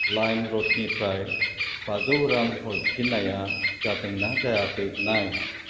लाइमरडनिफ्राय बाजौ रां हरफिन्नाया जादोंना जायाखै नाय